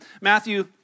Matthew